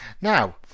Now